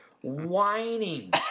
whining